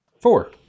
four